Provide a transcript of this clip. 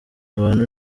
abantu